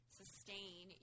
sustain